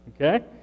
Okay